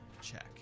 check